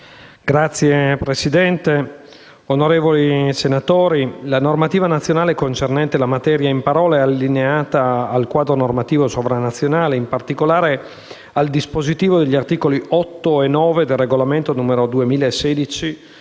Signor Presidente, onorevoli senatori, la normativa nazionale concernente la materia in parola è allineata al quadro normativo sovranazionale, in particolare al dispositivo degli articoli 8 e 9 del regolamento n. 1627